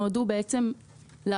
שהזכויות האלה לא תפגענה וכן יהיו מקרים